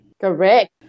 Correct